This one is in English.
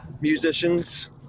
musicians